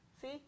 See